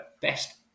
Best